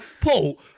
Paul